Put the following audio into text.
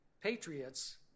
patriots